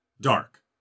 dark